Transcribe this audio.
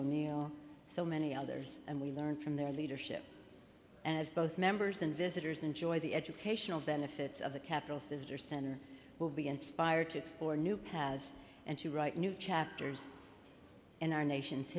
o'neill so many others and we learn from their leadership as both members and visitors enjoy the educational benefits of the capital cities or center will be inspired to explore new pads and to write new chapters in our nation's